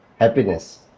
happiness